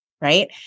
right